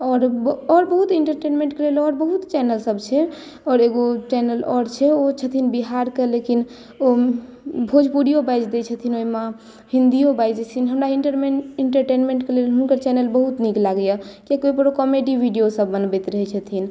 आओर आओर बहुत इंटरटेनमेंट करै लेल चैनल सब छै आओर एगो चैनल आओर छै ओ छथिन बिहार के लेकिन ओ भोजपुरियो बाजि दै छथिन ओहिमे हिन्दियो बाजि दै छथिन हमरा इंटरटेनमेंट के लेल हुनकर चैनल बहुत नीक लगैया कियाकि ओहि पर ओ कॉमेडी वीडियो सब बनबैत रहैत छथिन